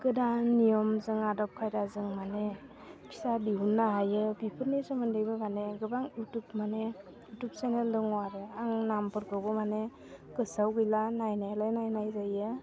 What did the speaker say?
गोदान नियमजों आदब खायदाजों माने फिसा दिहुन्नो हायो बेफोरनि सोमोन्दैबो माने गोबां इउटुब माने इउटुब चेनेल दङ आरो आं नामफोरखौबो माने गोसोआव गैला नायनायालाय नायनाय जायो